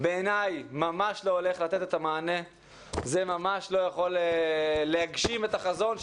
בעיני ממש לא הולך לתת את המענה ולהגשים את החזון.